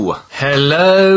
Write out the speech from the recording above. Hello